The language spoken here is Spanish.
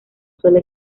sola